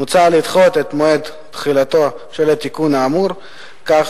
מוצע לדחות את מועד תחולתו של התיקון האמור כך